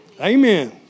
Amen